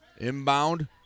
Inbound